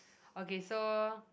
okay so